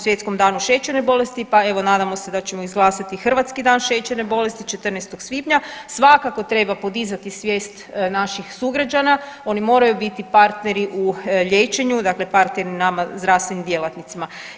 Svjetskom danu šećerne bolesti, pa evo nadamo se da ćemo izglasati hrvatski dan šećerne bolesti 14. svibnja, svakako treba podizati svijest naših sugrađana oni moraju biti partneri u liječenju, dakle partneri nama zdravstvenim djelatnicima.